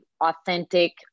authentic